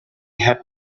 had